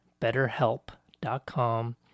betterhelp.com